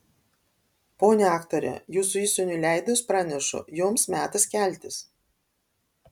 ponia aktore jūsų įsūniui leidus pranešu jums metas keltis